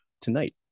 tonight